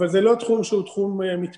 אבל זה לא תחום שהוא תחום מתפתח.